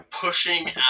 pushing